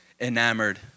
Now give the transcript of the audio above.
enamored